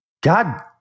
God